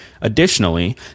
Additionally